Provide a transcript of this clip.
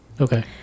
okay